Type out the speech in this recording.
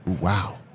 wow